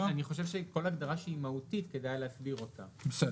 צריך להבין שמדובר על תקנות, על חקיקת משנה.